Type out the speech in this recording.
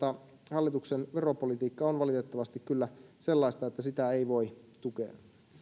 hallituksen veropolitiikka on valitettavasti kyllä sellaista että sitä ei voi tukea